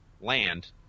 land